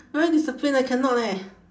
very disciplined I cannot eh